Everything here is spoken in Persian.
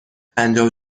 پجاه